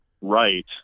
right